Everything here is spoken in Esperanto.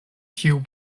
tiu